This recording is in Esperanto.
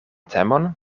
temon